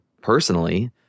personally